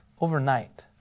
Overnight